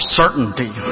certainty